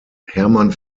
hermann